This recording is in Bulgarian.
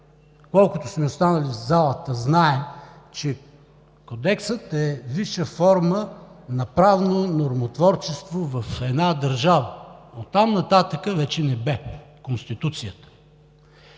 колкото сме останали в залата, знаем, че Кодексът е висша форма на правно нормотворчество в една държава. Оттам нататък вече е небе – Конституцията.